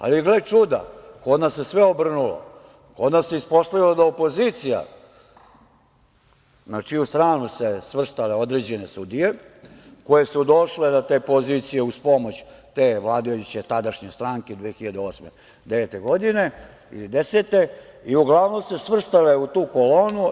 Ali, gle čuda, kod nas se sve obrnulo, kod nas se ispostavilo da opozicija, na čiju stranu se svrstavaju određene sudije koje su došle na te pozicije uz pomoć te vladajuće tadašnje stranke 2008/2009. ili 2010. godine i uglavnom se svrstale u tu kolonu.